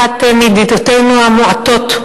אחת מידידותנו המועטות,